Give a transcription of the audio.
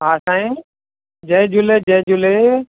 हां साईं जय झूले जय झूले